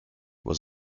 was